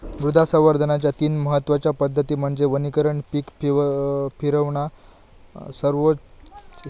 मृदा संवर्धनाच्या तीन महत्वच्या पद्धती म्हणजे वनीकरण पीक फिरवणा समोच्च मशागत असा